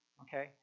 okay